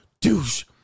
Douche